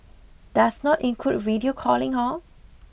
does not include video calling hor